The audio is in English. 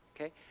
Okay